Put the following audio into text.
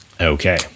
Okay